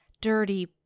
dirty